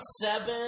Seven